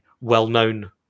well-known